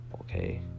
okay